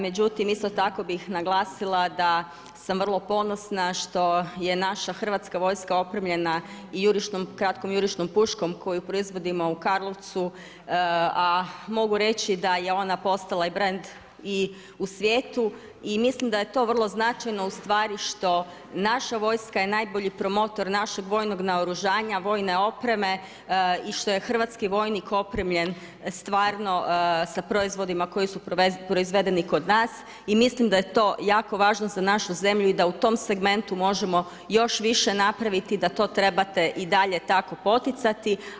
Međutim, isto tako bih naglasila da sam vrlo ponosna što je naša Hrvatska vojska opremljena i jurišnom kratkom, kratkom jurišnom puškom koju proizvodimo u Karlovcu, a mogu reći da je ona postala i brand i u svijetu i mislim da je to vrlo značajno ustvari što naša vojska je najbolji promotor našeg vojnog naoružanja, vojne opreme i što je hrvatski vojnik opremljen stvarno sa proizvodima koji su proizvedeni kod nas i mislim da je to jako važno za našu zemlju i da u tom segmentu možemo još više napraviti, da to trebate i dalje tako poticati.